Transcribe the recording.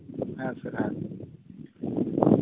ᱦᱮᱸ ᱥᱟᱨ ᱦᱮᱸ